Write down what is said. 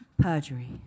perjury